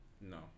No